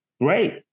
great